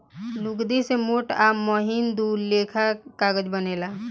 लुगदी से मोट आ महीन दू लेखा के कागज बनेला